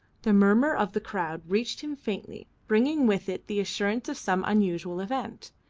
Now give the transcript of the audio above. the murmur of the crowd reached him faintly, bringing with it the assurance of some unusual event.